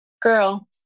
girl